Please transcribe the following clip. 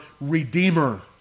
redeemer